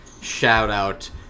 shout-out